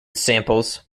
samples